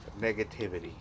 negativity